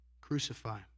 Crucify